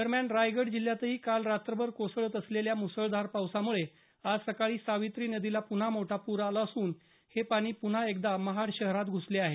दरम्यान रायगड जिल्हयातही काल रात्रभर कोसळत असलेल्या मुसळधार पावसामुळे आज सकाळी सावित्री नदीला पुन्हा मोठा पूर आला असून हे पाणी पुन्हा एकदा महाड शहरात घुसले आहे